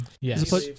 Yes